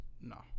No